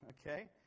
okay